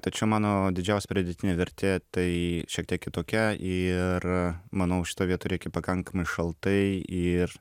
tačiau mano didžiausia pridėtinė vertė tai šiek tiek kitokia ir manau šitoj vietoj reikia pakankamai šaltai ir